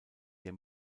der